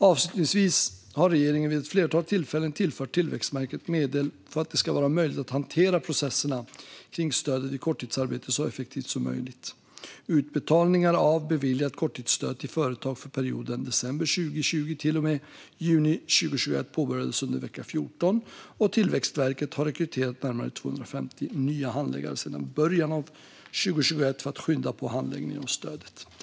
Avslutningsvis har regeringen vid ett flertal tillfällen tillfört Tillväxtverket medel för att det ska vara möjligt att hantera processerna kring stödet vid korttidsarbete så effektivt som möjligt. Utbetalningar av beviljat korttidsstöd till företag för perioden december 2020 till och med juni 2021 påbörjades under vecka 14, och Tillväxtverket har rekryterat närmare 250 nya handläggare sedan början av 2021 för att skynda på handläggningen av stödet.